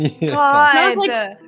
God